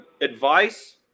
advice